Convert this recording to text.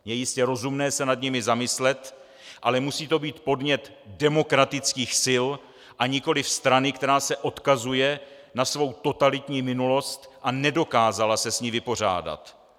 Je jistě rozumné se nad nimi zamyslet, ale musí to být podnět demokratických sil, a nikoliv strany, která se odkazuje na svou totalitní minulost a nedokázala se s ní vypořádat.